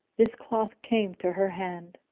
this cloth came to her hand,